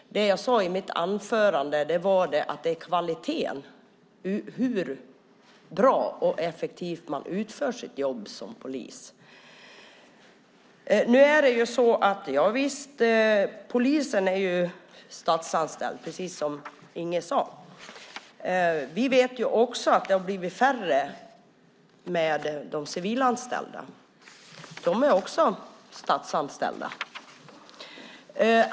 I mitt anförande sade jag att det är kvaliteten, hur bra och effektivt man utför sitt jobb som polis, det handlar om. Javisst, polisen är statsanställd, precis som Inge Garstedt sade. Vi vet att det samtidigt blivit färre civilanställda. Också de är statsanställda.